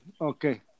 Okay